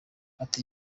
ati